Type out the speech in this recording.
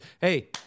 Hey